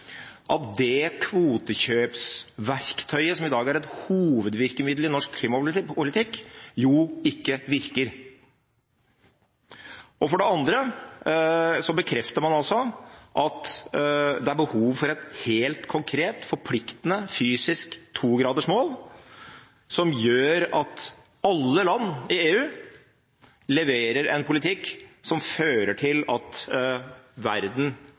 at det kvotekjøpsverktøyet som i dag er et hovedvirkemiddel i norsk klimapolitikk, jo ikke virker. For det andre bekrefter man at det er behov for et helt konkret, forpliktende, fysisk 2-gradersmål som gjør at alle land i EU leverer en politikk som fører til at verden,